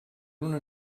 una